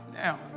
now